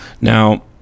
now